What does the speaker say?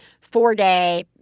four-day